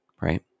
right